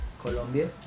Colombia